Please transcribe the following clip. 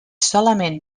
solament